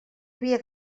havia